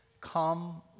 Come